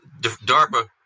DARPA